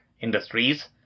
industries